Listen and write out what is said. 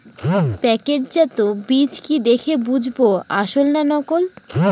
প্যাকেটজাত বীজ কি দেখে বুঝব আসল না নকল?